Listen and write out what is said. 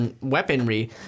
weaponry